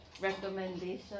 recommendation